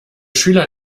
schüler